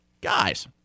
guys